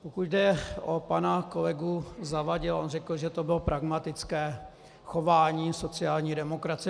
Pokud jde o pana kolegu Zavadila, on řekl, že to bylo pragmatické chování sociální demokracie.